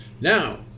Now